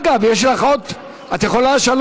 מה אתה בא לבלבל את הראש כאן?